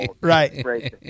Right